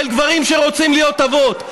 של גברים שרוצים להיות אבות.